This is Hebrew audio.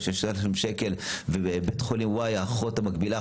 של 6,000 שקלים ובבית חולים Y האחות המקבילה,